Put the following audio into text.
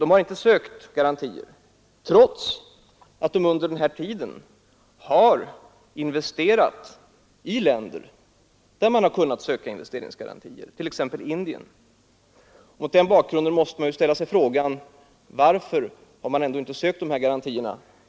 De har inte sökt garantier, trots att de under denna tid investerat i sådana länder där de kunnat söka investeringsgarantier, t.ex. Indien. Mot den bakgrunden måste vi ställa oss frågan: Varför har man ändå inte sökt dessa garantier?